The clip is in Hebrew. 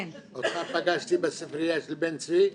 אותך פגשתי בספרייה של בן צבי.